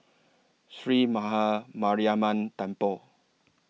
Sree Maha Mariamman Temple